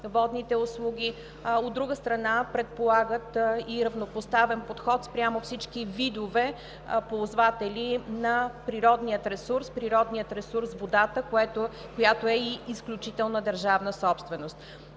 водните услуги, от друга страна, предполагат и равнопоставен подход спрямо всички видове ползватели на природния ресурс – водата, която е изключителна държавна собственост.